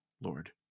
Lord